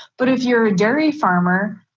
but if you're a dairy farmer,